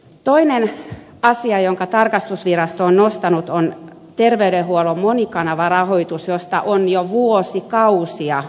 toinen asia jonka tarkastusvirasto on nostanut esille on terveydenhuollon monikanavarahoitus josta on jo vuosikausia puhuttu